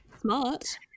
Smart